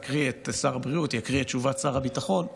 שר הבריאות יקריא את תשובת שר הביטחון,